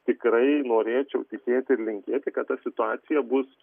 tikrai norėčiau tikėti ir linkėti kad ta situacija bus